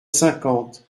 cinquante